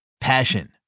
Passion